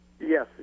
Yes